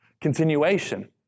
Continuation